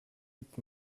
with